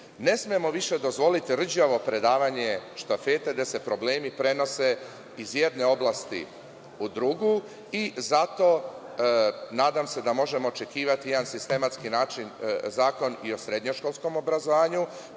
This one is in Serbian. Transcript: Ne smemo više dozvoliti rđavo predavanje štafete gde se problemi prenose iz jedne oblasti u drugu i zato nadam se da možemo očekivati jedan sistematski zakon i o srednjoškolskom obrazovanju,